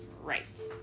Right